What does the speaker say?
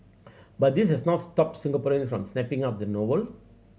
but this has not stopped Singaporean from snapping up the novel